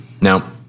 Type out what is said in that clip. Now